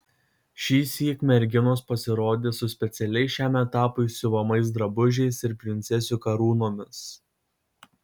šįsyk merginos pasirodys su specialiai šiam etapui siuvamais drabužiais ir princesių karūnomis